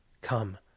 Come